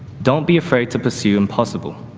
don't be afraid to pursue impossible.